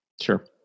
Sure